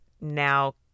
now